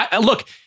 Look